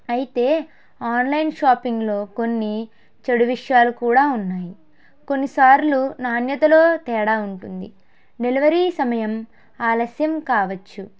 అయితే ఆన్లైన్ షాపింగ్లో కొన్ని చెడు విషయాలు కూడా ఉన్నాయి కొన్ని సార్లు నాణ్యతలో తేడా ఉంటుంది డెలివరీ సమయం ఆలస్యం కావచ్చు